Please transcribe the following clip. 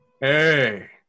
Hey